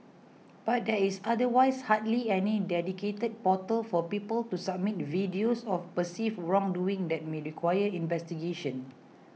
but there is otherwise hardly any dedicated portal for people to submit videos of perceived wrongdoing that may require investigation